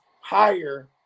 higher